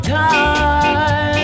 time